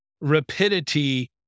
rapidity